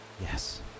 Yes